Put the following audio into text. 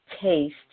taste